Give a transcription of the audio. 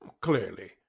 Clearly